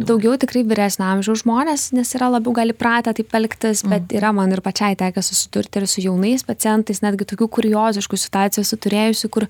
daugiau tikrai vyresnio amžiaus žmonės nes yra labiau gal įpratę taip elgtis bet yra man ir pačiai tekę susidurti ir su jaunais pacientais netgi tokių kurioziškų situacijų esu turėjusi kur